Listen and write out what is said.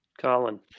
Colin